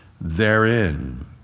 therein